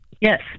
Yes